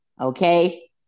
Okay